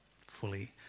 fully